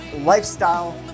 lifestyle